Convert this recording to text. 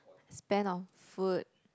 spend on food